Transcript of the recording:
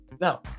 now